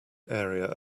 area